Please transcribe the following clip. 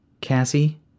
Cassie